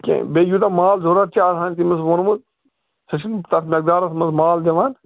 کیٚنٛہہ بیٚیہِ یوٗتاہ مال ضروٗرت چھُ آسان تٔمِس ووٚنمُت سُہ چھُنہٕ تَتھ مٮ۪قدارَس منٛز مال دِوان